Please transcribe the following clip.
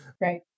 Right